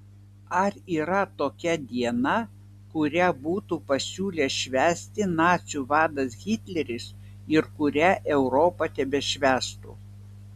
ar yra tokia diena kurią būtų pasiūlęs švęsti nacių vadas hitleris ir kurią europa tebešvęstų